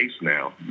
now